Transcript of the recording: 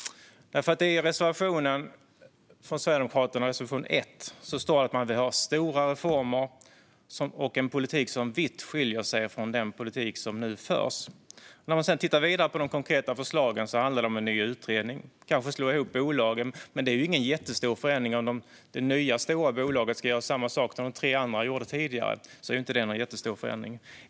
I reservation 1 från Sverigedemokraterna står det att man vill ha stora reformer och en politik som vitt skiljer sig från den politik som nu förs. Den som tittar vidare på de konkreta förslagen ser att det handlar om en ny utredning och om att kanske slå ihop bolagen, men om det nya, stora bolaget ska göra samma sak som de tre andra gjorde tidigare är det ju inte någon jättestor förändring.